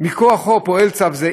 שמכוחו פועל צו זה,